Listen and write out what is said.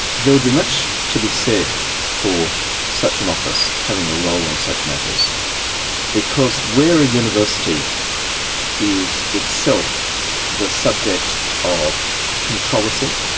there would be much to be said for such an office having a role in such matters because where a university is itself the subject of controversy,